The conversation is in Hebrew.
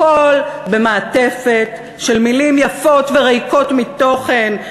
הכול במעטפת של מילים יפות וריקות מתוכן,